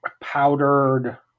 powdered